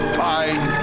fine